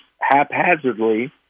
haphazardly